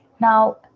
Now